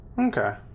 Okay